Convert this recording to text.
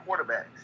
quarterbacks